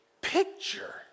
picture